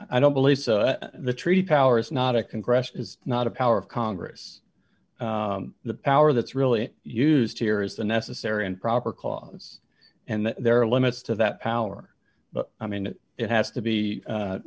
i don't believe the treaty power is not a congressional is not a power of congress the power that's really used here is the necessary and proper clause and there are limits to that power but i mean it has to be